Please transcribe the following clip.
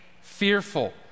fearful